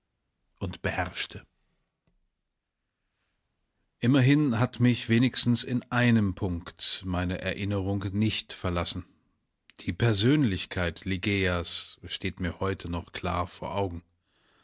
und beherrschte immerhin hat mich wenigstens in einem punkt meine erinnerung nicht verlassen die persönlichkeit ligeias steht mir heute noch klar vor augen